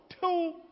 two